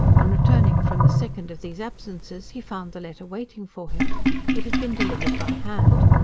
on returning from the second of these absences, he found the letter waiting for him it had been delivered by hand.